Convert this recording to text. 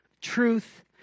truth